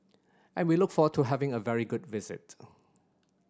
and we look forward to having a very good visit